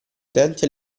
utenti